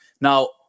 Now